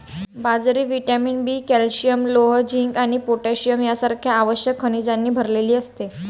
बाजरी vitamin B, calcium, लोह, zinc आणि पोटॅशियम सारख्या आवश्यक खनिजांनी भरलेली असते